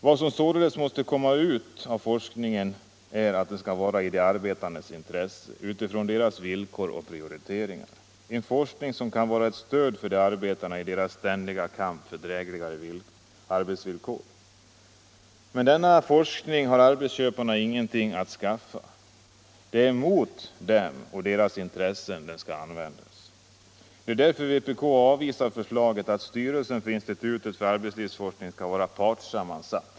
Vad som således måste komma är en forskning i de arbetandes intresse — utifrån deras villkor och prioriteringar — en forskning som kan vara ett stöd för de arbetande i deras ständiga kamp för drägligare arbetsvillkor. Med denna forskning har arbetsköparna ingenting att skaffa; det är mot dem och deras intressen den skall användas. Det är därför vpk avvisar förslaget att styrelsen för institutet för arbetslivsforskning skall vara partssammansatt.